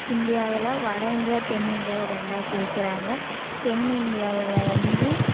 இந்தியாவில் வட இந்தியா தென் இந்தியாவாக ரெண்டாக பிரிக்கிறாங்க தென் இந்தியாவில் வந்து